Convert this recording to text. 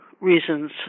reasons